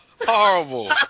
Horrible